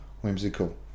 whimsical